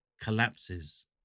collapses